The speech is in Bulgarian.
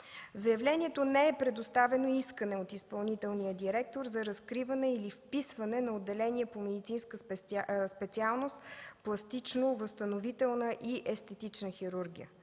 заявлението не е предоставено искане от изпълнителния директор за разкриване или вписване на отделение по медицинска специалност „Пластично-възстановителна и естетична хирургия”.